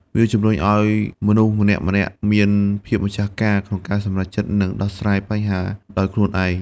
វាជំរុញឲ្យមនុស្សម្នាក់ៗមាន ភាពម្ចាស់ការ ក្នុងការសម្រេចចិត្ត និងដោះស្រាយបញ្ហាដោយខ្លួនឯង។